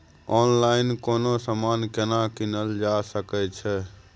Online कोनो समान केना कीनल जा सकै छै?